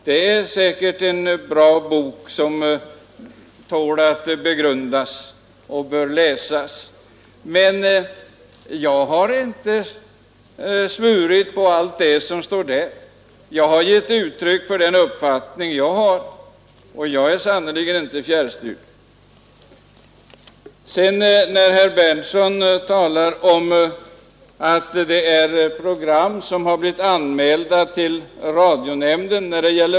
Det är säkert en bra bok som tål att läsas och begrundas, men jag har inte svurit på allt det som står i den. Jag har givit uttryck för den uppfattning jag har, och jag är sannerligen inte fjärrstyrd. Vidare talar herr Berndtson i Linköping om att program har blivit anmälda till radionämnden på grund av våldsinslag.